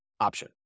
option